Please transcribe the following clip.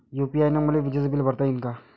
UPI न मले विजेचं बिल भरता यीन का?